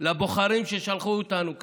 לבוחרים ששלחו אותנו לכאן.